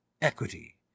equity